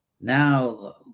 Now